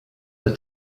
the